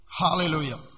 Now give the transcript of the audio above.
Hallelujah